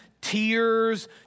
tears